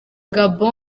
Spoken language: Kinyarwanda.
gabon